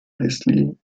leslie